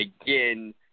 Again